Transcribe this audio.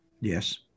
Yes